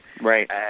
Right